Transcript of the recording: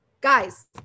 Guys